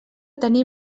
tenir